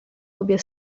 obie